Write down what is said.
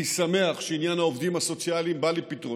אני שמח שעניין העובדים הסוציאליים בא על פתרונו.